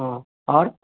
हाँ और